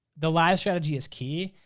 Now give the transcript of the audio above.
the live strategy is key,